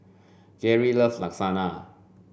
Gary loves Lasagna